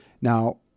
Now